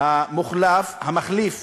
הכנסת המחליף